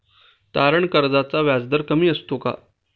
तारण कर्जाचा व्याजदर कमी असतो का?